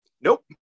Nope